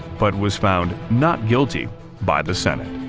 but was found not guilty by the senate.